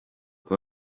uko